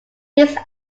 this